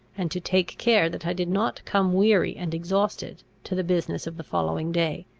and to take care that i did not come weary and exhausted to the business of the following day.